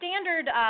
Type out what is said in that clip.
standard